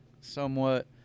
somewhat